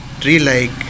tree-like